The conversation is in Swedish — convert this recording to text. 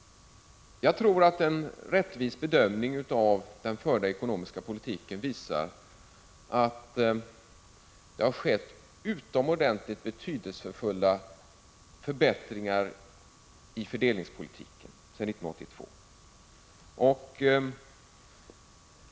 Jag tror att en rättvis bedömning av den förda ekonomiska politiken visar att det har skett utomordentligt betydelsefulla förbättringar i fördelningspolitiken sedan 1982.